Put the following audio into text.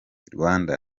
rwanda